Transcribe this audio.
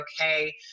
okay